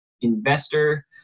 Investor